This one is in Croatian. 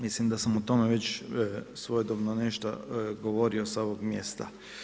Mislim da sam o tome već svojedobno nešto govorio sa ovog mjesta.